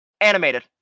animated